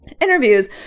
interviews